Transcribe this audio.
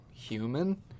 human